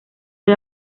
hay